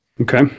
Okay